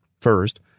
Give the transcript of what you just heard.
First